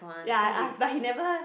ya I asked like he never